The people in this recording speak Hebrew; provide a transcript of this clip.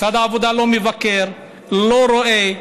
ומשרד העבודה לא מבקר, לא רואה.